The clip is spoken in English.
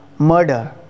Murder